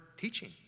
teaching